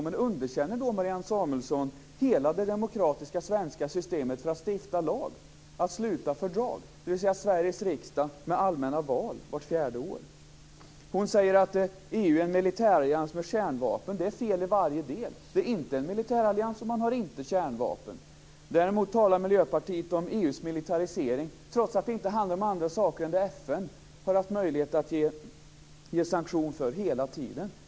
Men underkänner då Marianne Samuelsson hela det demokratiska svenska systemet för att stifta lag och sluta fördrag - alltså Sveriges riksdag med allmänna val vart fjärde år? Hon säger att EU är en militärallians med kärnvapen. Det är fel i varje del. Det är inte en militärallians och man har inte kärnvapen. Däremot talar Miljöpartiet om EU:s militarisering trots att det inte handlar om andra saker än det som FN har haft möjlighet att ge sanktion för hela tiden.